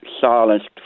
silenced